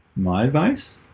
my advice